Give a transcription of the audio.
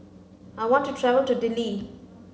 I want to travel to Dili